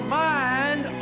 mind